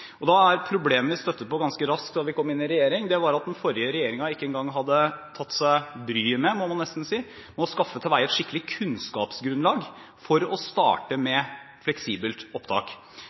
raskt, da vi kom inn i regjering, var at den forrige regjeringen ikke en gang hadde tatt seg bryet med, må man nesten si, å skaffe til veie et skikkelig kunnskapsgrunnlag for å starte med fleksibelt opptak.